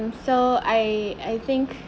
so I I think